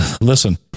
Listen